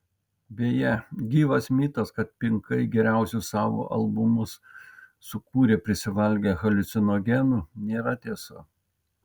beje gyvas mitas kad pinkai geriausius savo albumus sukūrė prisivalgę haliucinogenų nėra tiesa